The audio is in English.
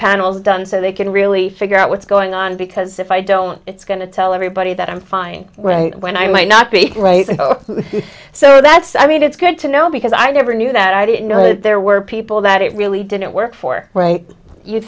panels done so they can really figure out what's going on because if i don't it's going to tell everybody that i'm fine right when i might not be right so that's i mean it's good to know because i never knew that i didn't know that there were people that it really didn't work for